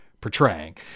portraying